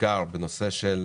בעיקר בנושא של